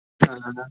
हा हा हा